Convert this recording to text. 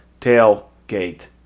tailgate